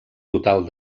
total